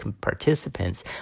participants